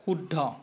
শুদ্ধ